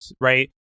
right